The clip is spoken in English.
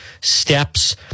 steps